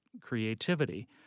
creativity